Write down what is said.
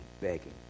begging